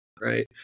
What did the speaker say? right